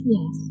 Yes